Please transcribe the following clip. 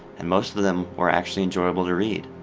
and most of them were actually enjoyable to read.